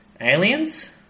Aliens